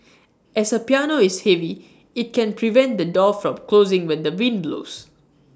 as A piano is heavy IT can prevent the door from closing when the wind blows